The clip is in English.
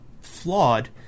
flawed